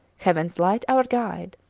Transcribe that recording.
heaven's light our guide,